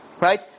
right